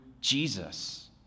Jesus